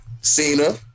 Cena